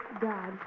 God